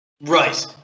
Right